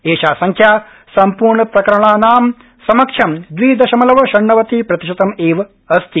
एषा संख्या सम्पूर्णप्रकरणानां समक्षं द्वि दशमलव षण्णवति प्रतिशतम् एव अस्ति